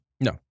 No